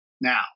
now